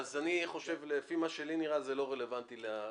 לפי מה שלי נראה זה לא רלוונטי לעיריות.